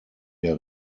der